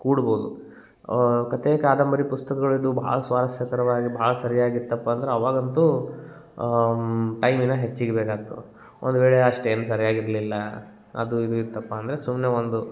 ಕೂಡ್ಬೋದು ಕತೆ ಕಾದಂಬರಿ ಪುಸ್ತಕಗಳಿದ್ದು ಭಾಳ ಸ್ವಾರಸ್ಯಕರವಾಗಿ ಭಾಳ ಸರಿಯಾಗಿತ್ತಪ್ಪ ಅಂದ್ರೆ ಅವಾಗಂತೂ ಟೈಮ್ ಇನ್ನೂ ಹೆಚ್ಚಿಗೆ ಬೇಕಾಗ್ತದೆ ಒಂದು ವೇಳೆ ಅಷ್ಟೇನೂ ಸರ್ಯಾಗಿ ಇರಲಿಲ್ಲ ಅದು ಇದು ಇತ್ತಪ್ಪ ಅಂದರೆ ಸುಮ್ಮನೆ ಒಂದು